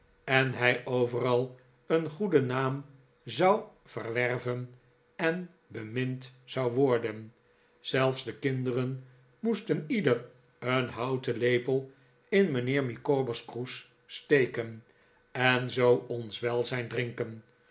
en hij overal een goeden naam zou verwerven en bemind zou worden zelfs de kinderen moesten ieder een houten lepel in mijnheer micawber's kroes steken en zoo ons welzijn drinken